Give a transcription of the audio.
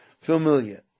familiar